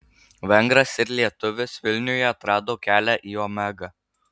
vengras ir lietuvis vilniuje atrado kelią į omegą